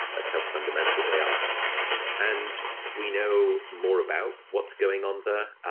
that's how fundamental they are and we know more about what's going on there.